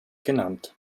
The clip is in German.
genannt